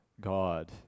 God